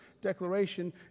declaration